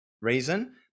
reason